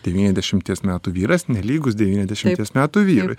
devyniasdešimties metų vyras nelygus devyniasdešimties metų vyrui